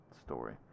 story